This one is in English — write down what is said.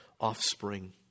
Offspring